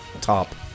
top